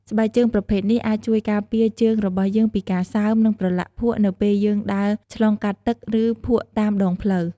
ស្បែកជើងប្រភេទនេះអាចជួយការពារជើងរបស់យើងពីការសើម និងប្រឡាក់ភក់នៅពេលយើងដើរឆ្លងកាត់ទឹក ឬភក់តាមដងផ្លូវ។